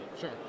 Sure